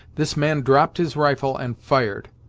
this man dropped his rifle and fired.